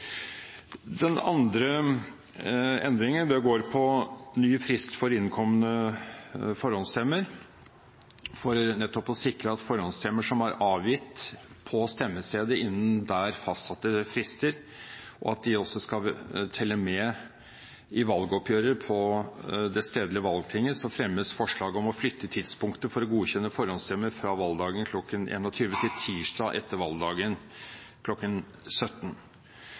Den andre endringen går på ny frist for innkomne forhåndsstemmer. For nettopp å sikre at forhåndsstemmer som er avgitt på stemmesedler innenfor fastsatte frister, skal telle med i valgoppgjøret på det stedlige valgtinget, fremmes forslag om å flytte tidspunktet for å godkjenne forhåndsstemmer fra valgdagen kl. 2l til tirsdag etter valgdagen kl. 17.